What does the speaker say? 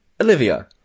Olivia